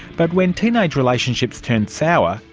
but when teenage relationships turn sour,